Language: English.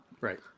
Right